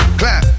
clap